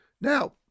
Now